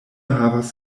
havas